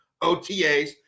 OTAs